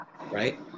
right